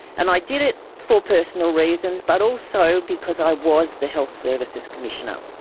and i did it for personal reasons, but also because i was the health services commissioner,